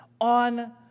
on